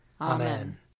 Amen